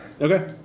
Okay